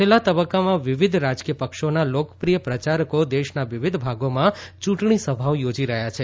છેલ્લા તબકકામાં વિવિધ રાજકીય પક્ષોના લોકપ્રિય પ્રચારકો દેશના વિવિધ ભાગોમાં ચુંટણી સભાઓ યોજી રહયાં છે